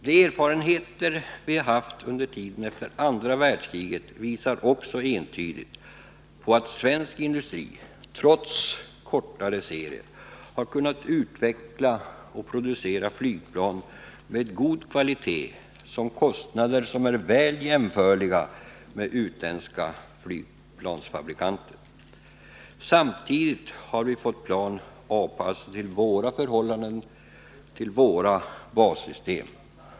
De erfarenheter vi har haft under tiden efter andra världskriget visar också entydigt att svensk industri — trots kortare serier — har kunnat utveckla och producera flygplan med god kvalitet till kostnader som är väl jämförliga med vad utländska flygplansfabrikanter kan erbjuda. Samtidigt har vi fått plan avpassade till våra förhållanden, till våra bassystem.